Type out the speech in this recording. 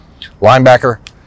Linebacker